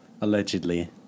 Allegedly